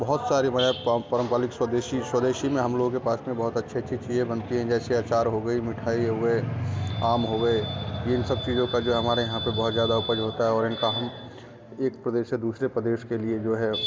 बहुत सारे पारंपरिक वाली स्वदेशी स्वदेशी में हम लोगों के पास में बहुत अच्छी अच्छी चीज़ें बनती हैं जैसे अचार हो गई मिठाई हो गए आम हो गए ये इन सब चीज़ों का जो है हमारे यहाँ पे बहुत ज़्यादा उपज होता है और इनका हम एक प्रदेश से दूसरे प्रदेश के लिए जो है